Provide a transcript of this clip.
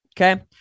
okay